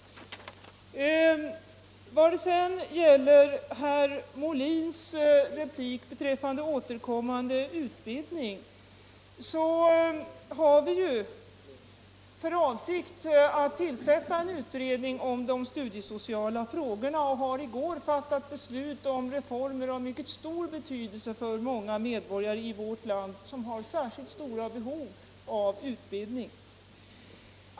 Vad gäller herr Molins replik om återkommande utbildning har vi ju för avsikt att tillsätta en utredning om de studiesociala frågorna. I går har vi också fattat beslut om reformer av mycket stor betydelse för många medborgare i vårt land som har särskilt stora behov av utbildning.